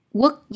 quốc